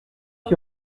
qui